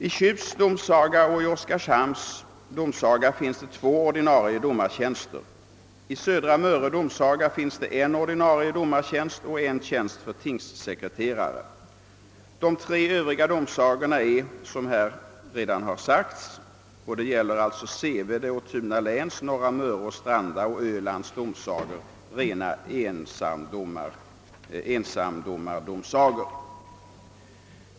I Tjusts domsaga och i Oskarshamns domsaga finns det två ordinarie domartjänster. I Södra Möre domsaga finns det en ordinarie domartjänst och en tjänst för tingssekreterare. De tre övri ga domsagorna — alltså Sevede och Tunaläns, Norra Möre och Stranda samt ölands domsagor — är, som jag redan sagt, rena ensamdomardomsagor.